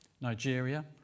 Nigeria